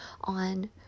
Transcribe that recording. on